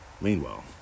Meanwhile